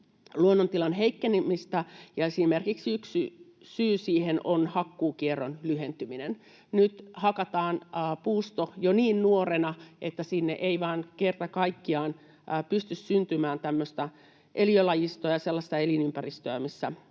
luonnontilan heikkenemistä. Yksi syy siihen on esimerkiksi hakkuukierron lyhentyminen. Nyt hakataan puusto jo niin nuorena, että sinne ei vaan kerta kaikkiaan pysty syntymään tämmöistä eliölajistoa ja sellaista elinympäristöä, missä